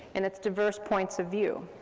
and its diverse points of view.